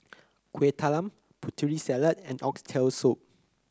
Kueh Talam Putri Salad and Oxtail Soup